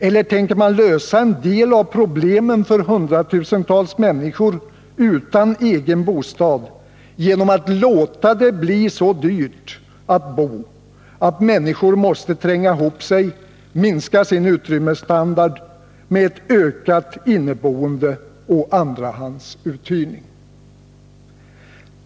Eller tänker man lösa en del av problemen för hundratusentals människor utan egen bostad genom att låta det bli så dyrt att bo att människor måste tränga ihop sig, minska sin utrymmesstandard med ökat inneboende och andrahandsuthyrning?